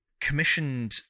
commissioned